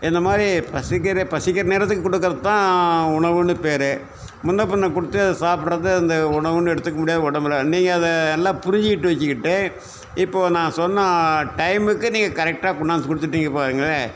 இந்த மாதிரி பசிக்கிற பசிக்கிற நேரத்துக்கு கொடுக்குறதுதான் உணவுன்னு பெயரு முன்ன பின்ன கொடுத்து அதை சாப்பிடுறத அந்த உணவுன்னு எடுத்துக்க முடியாது உடம்பில் நீங்கள் அதை நல்லா புரிஞ்சுகிட்டு வச்சுக்கிட்டு இப்போது நான் சொன்ன டைமுக்கு நீங்கள் கரெட்டா கொண்டாந்து கொடுத்துடீங்க பாருங்களேன்